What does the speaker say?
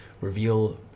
reveal